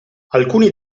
alcuni